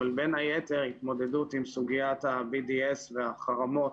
אבל בין היתר התמודדות עם סוגיית ה-BDS והחרמות